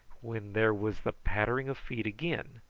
when there was the pattering of feet again,